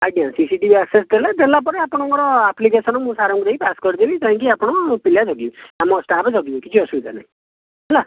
ଆଜ୍ଞା CCTV access ଦେଲେ ଦେଲା ପରେ ଆପଣଙ୍କର ଆପ୍ଲିକେସନ୍ ମୁଁ ନେଇକି ସାର୍ ଙ୍କୁ ନେଇକି ପାସ୍ କରାଇଦେବି କାହିଁକି ଆପଣଙ୍କୁ ପିଲା ଜଗିବେ ଆମ ଷ୍ଟାଫ୍ ଜଗିବେ କିଛି ଅସୁବିଧା ନାହିଁ ହେଲା